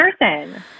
person